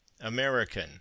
American